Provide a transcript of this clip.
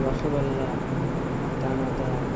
রসগোল্লা দানাদার